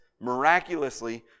miraculously